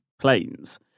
planes